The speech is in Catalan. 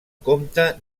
compta